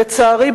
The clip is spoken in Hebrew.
לצערי,